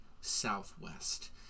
southwest